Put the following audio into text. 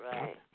right